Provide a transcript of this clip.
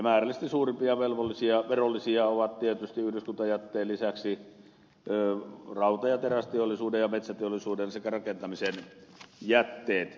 määrällisesti suurimpia verollisia ovat tietysti yhdyskuntajätteen lisäksi rauta ja terästeollisuuden ja metsäteollisuuden sekä rakentamisen jätteet